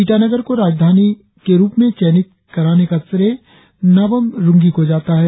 ईटानगर को राजधानी के रुप में चयनित कराने का श्रेय नाबाम रुंधी को जाता है